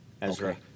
Ezra